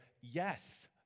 Yes